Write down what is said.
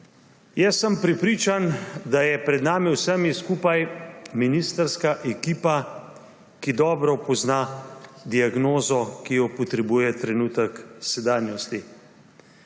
Jaz sem prepričan, da je pred nami vsemi skupaj ministrska ekipa, ki dobro pozna diagnozo, ki jo potrebuje trenutek sedanjosti.